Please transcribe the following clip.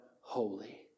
holy